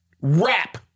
rap